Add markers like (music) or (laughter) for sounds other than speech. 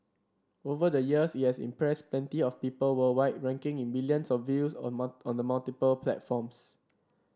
over the years it has impressed plenty of people worldwide raking in millions of views on (unintelligible) on the multiple platforms